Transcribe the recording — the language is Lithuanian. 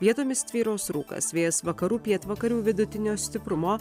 vietomis tvyros rūkas vėjas vakarų pietvakarių vidutinio stiprumo